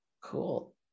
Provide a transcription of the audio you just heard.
Cool